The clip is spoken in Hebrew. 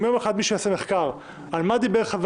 אם יום אחד מישהו יעשה מחקר על מה דיבר חבר